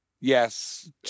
Yes